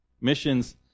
missions